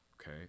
okay